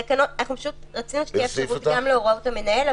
רצינו שתהיה אפשרות גם להוראות המנהל,